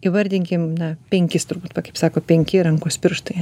įvardinkim na penkis turbūt va kaip sako penki rankos pirštai